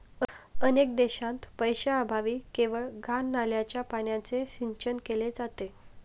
अनेक देशांत पैशाअभावी केवळ घाण नाल्याच्या पाण्याने सिंचन केले जाते